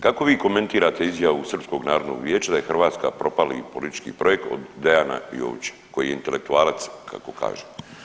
Kako vi komentirate izjavu Srpskog narodnog vijeća da je Hrvatska propali politički projekt od Deana Jovića koji je intelektualac kako kaže?